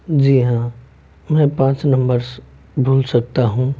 जी हाँ मैं पाँच नंबर्स बोल सकता हूँ